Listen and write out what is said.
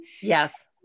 Yes